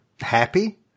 happy